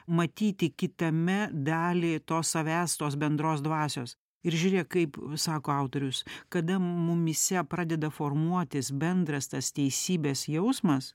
matyti kitame dalį to savęs tos bendros dvasios ir žiūrėk kaip sako autorius kada mumyse pradeda formuotis bendras tas teisybės jausmas